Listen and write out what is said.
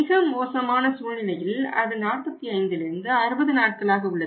மிக மோசமான சூழ்நிலையில் அது 45 லிருந்து 60 நாட்களாக உள்ளது